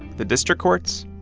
the district courts,